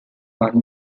one